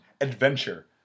adventure